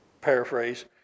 paraphrase